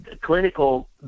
clinical